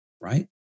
right